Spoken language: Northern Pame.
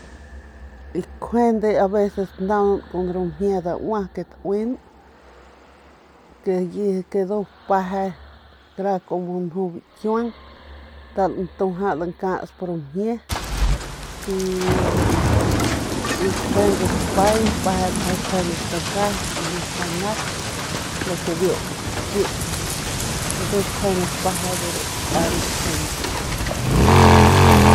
Y nkjuande aveces tanaunan kun ru mjie daua ke tauin ke ndu peje nju bikiuang ke nda lantuaja lankasp ramjie y kjuende dapay peje kjuende stakat y meje nep ndu kjuende peje ru chaung.